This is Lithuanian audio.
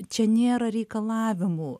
čia nėra reikalavimų